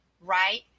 right